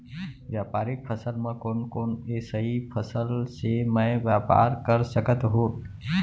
व्यापारिक फसल म कोन कोन एसई फसल से मैं व्यापार कर सकत हो?